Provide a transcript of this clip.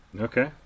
Okay